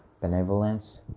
benevolence